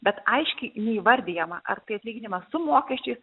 bet aiškiai neįvardijama ar tai atlyginimas su mokesčiais